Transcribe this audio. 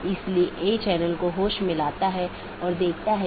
तो इस मामले में यह 14 की बात है